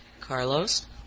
Carlos